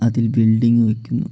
അതിൽ ബിൽഡിങ് വെക്കുന്നു